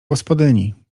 gospodyni